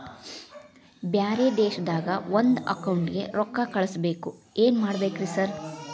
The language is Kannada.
ಬ್ಯಾರೆ ದೇಶದಾಗ ಒಂದ್ ಅಕೌಂಟ್ ಗೆ ರೊಕ್ಕಾ ಕಳ್ಸ್ ಬೇಕು ಏನ್ ಮಾಡ್ಬೇಕ್ರಿ ಸರ್?